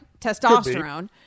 testosterone